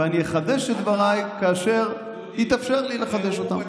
ואני אחדש את דבריי כאשר שיתאפשר לי לחדש אותם.